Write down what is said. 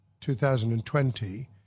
2020